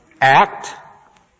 act